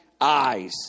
eyes